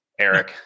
Eric